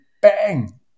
bang